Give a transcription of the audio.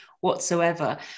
whatsoever